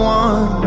one